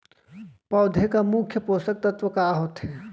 पौधे के मुख्य पोसक तत्व का होथे?